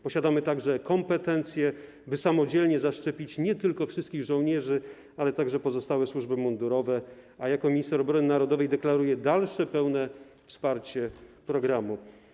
Posiadamy także kompetencje, by samodzielnie zaszczepić nie tylko wszystkich żołnierzy, ale także pozostałe służby mundurowe, a jako minister obrony narodowej deklaruję dalsze pełne wsparcie programu.